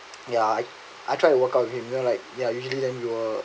ya I I try to workout with him you know like ya usually then we were